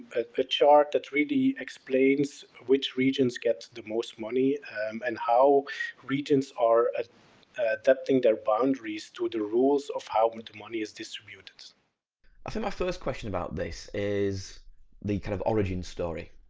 a chart that really explains which regions get the most money and how regions are ah adapting their boundaries to the rules of how much money is distributed. i think my first question about this is the kind of origins story.